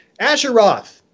Asheroth